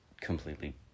completely